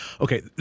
okay